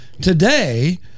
today